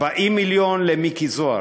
40 מיליון למיקי זוהר,